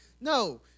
no